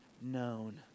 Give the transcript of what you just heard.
known